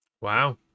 Wow